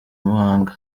muhanga